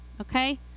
okay